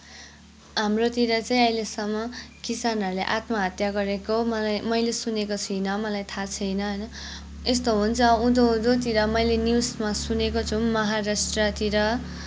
हाम्रोतिर चाहिँ अहिलेसम्म किसानहरूले आत्महत्या गरेको मलाई मैले सुनेको छुइनँ मलाई थाहा छैन होइन यस्तो हुन्छ उँधो उँधोतिर मैले न्युजमा सुनेको छु महाराष्ट्रतिर